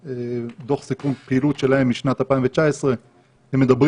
בדוח סיכום פעילות שלהם משנת 2019 הם מדברים